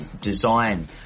design